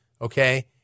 Okay